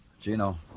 Gino